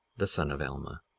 the son of alma.